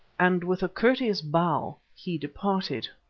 and with a courteous bow he departed.